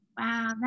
wow